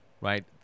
right